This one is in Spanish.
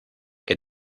que